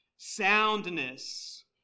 Soundness